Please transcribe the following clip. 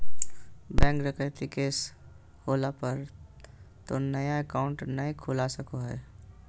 bank डकैती के case होला पर तो नया अकाउंट नय खुला सको हइ